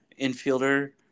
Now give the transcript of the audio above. infielder